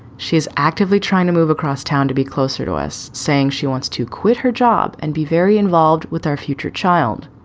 she is actively trying to move across town to be closer to us, saying she wants to quit her job and be very involved with our future child.